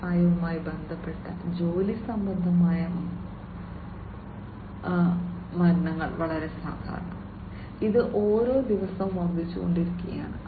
വ്യവസായവുമായി ബന്ധപ്പെട്ട ജോലി സംബന്ധമായ മരണങ്ങൾ വളരെ സാധാരണമാണ് അത് ഓരോ ദിവസവും വർദ്ധിച്ചുകൊണ്ടിരിക്കുകയാണ്